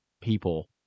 people